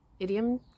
Idiom